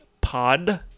Pod